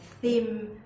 theme